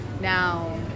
now